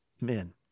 men